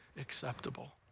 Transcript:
acceptable